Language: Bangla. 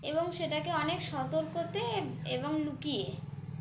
এবং সেটাকে অনেক সতর্কতে এবং লুকিয়ে